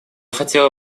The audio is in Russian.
хотела